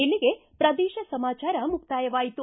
ಇಲ್ಲಿಗೆ ಪ್ರದೇಶ ಸಮಾಚಾರ ಮುಕ್ತಾಯವಾಯಿತು